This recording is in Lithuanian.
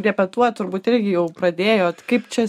repetuot turbūt irgi jau pradėjot kaip čia